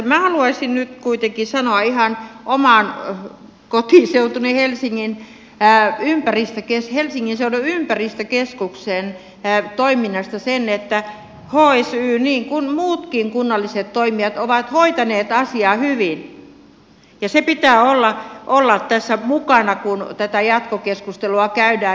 minä haluaisin nyt kuitenkin sanoa ihan oman kotiseutuni helsingin seudun ympäristökeskuksen toiminnasta sen että hsy niin kuin muutkin kunnalliset toimijat on hoitanut asiaa hyvin ja sen pitää olla tässä mukana kun tätä jatkokeskustelua käydään